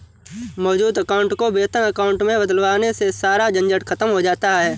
मौजूद अकाउंट को वेतन अकाउंट में बदलवाने से सारा झंझट खत्म हो जाता है